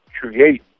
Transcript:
create